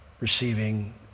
receiving